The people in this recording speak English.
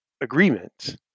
agreement